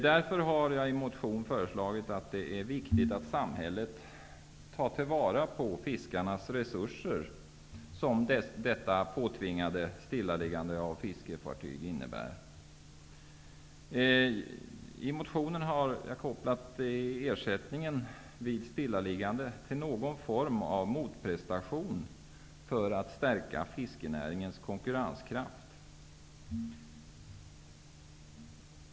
Jag har därför i en motion fört fram att det är viktigt att samhället tar till vara fiskarnas frigjorda resurser, vilket detta påtvingade stillaliggande av fiskefartyg innebär. I motionen har jag kopplat ersättningen vid stillaliggande till någon form av motprestation för att stärka fiskenäringens konkurrenskraft.